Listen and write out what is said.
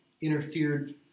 interfered